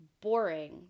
boring